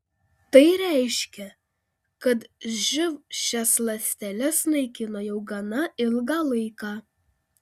tai reiškia kad živ šias ląsteles naikino jau gana ilgą laiką